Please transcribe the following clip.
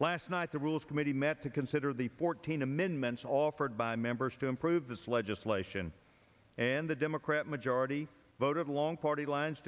last night the rules committee met to consider the fourteen amendments offered by members to improve this legislation and the democrat majority voted along party lines